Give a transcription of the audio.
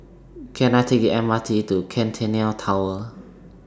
Can I Take The M R T to Centennial Tower